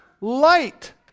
light